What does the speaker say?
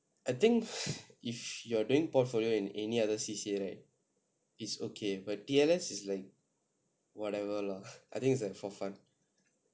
I think if you're doing portfolio in any other C_C_A right it's okay but T_L_S is whatever lah I think it's like for fun